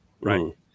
right